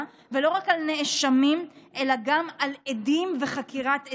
ולא רק על נאשמים אלא גם על עדים וחקירת עדים.